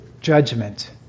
judgment